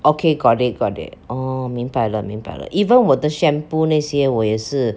okay got it got it orh 明白了明白了 even 我的 shampoo 那些我也是